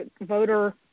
voter